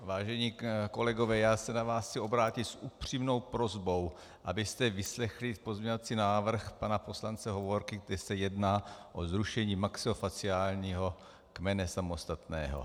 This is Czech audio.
Vážení kolegové, já se na vás chci obrátit s upřímnou prosbou, abyste vyslechli pozměňovací návrh pana poslance Hovorky, kde se jedná o zrušení maxilofaciálního kmene samostatného.